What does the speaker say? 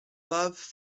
love